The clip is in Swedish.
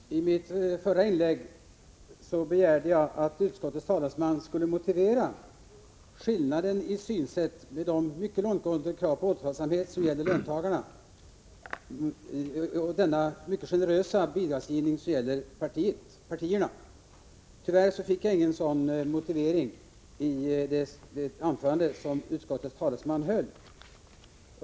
Herr talman! I mitt förra inlägg begärde jag att utskottets talesman skulle motivera skillnaden i synsätt, skillnaden mellan de mycket långtgående kraven på återhållsamhet vad gäller löntagarna och den mycket generösa bidragsgivningen när det gäller partierna. Tyvärr fick jag ingen sådan motivering i det anförande som utskottets talesman höll.